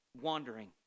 wandering